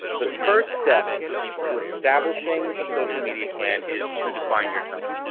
the first step to establishing a social media plan is to define your tone.